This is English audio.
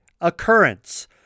occurrence